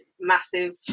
massive